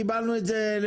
לא